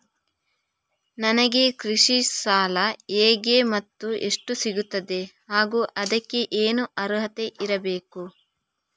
ನನಗೆ ಕೃಷಿ ಸಾಲ ಹೇಗೆ ಮತ್ತು ಎಷ್ಟು ಸಿಗುತ್ತದೆ ಹಾಗೂ ಅದಕ್ಕೆ ಏನು ಅರ್ಹತೆ ಇರಬೇಕು?